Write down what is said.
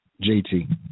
JT